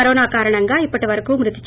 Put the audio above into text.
corona కారణంగా ఇప్పటివరకు మృతి ది